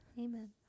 Amen